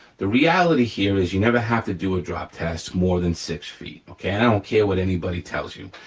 the reality here is you never have to do a drop test more than six feet, okay? i don't care what anybody tells you,